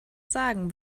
sagen